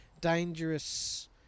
dangerous